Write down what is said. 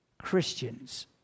Christians